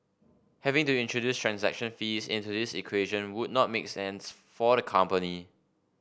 having to introduce transaction fees into this equation would not make sense for the company